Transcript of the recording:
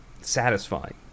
satisfying